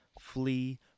flee